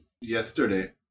yesterday